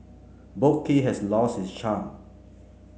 Boat Quay has lost its charm